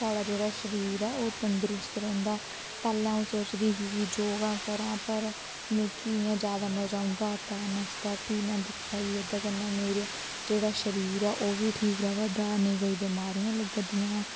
साढ़ा जेह्ड़ा शरीर ऐ ओह् तंदरुस्त रौंह्दा पैह्लें आ'ऊं सोचदी ही कि योगा करां पर मिकी इ'यां ज्यादा मजा औंदा हा तैरने आस्तै फ्ही में दिक्खेआ कि एह्दे कन्नै मेरा जेह्ड़ा शरीर ऐ ओह् बी ठीक रवा दा नेईं कोई बमारियां लग्गै दियां